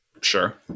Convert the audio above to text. Sure